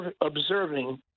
observing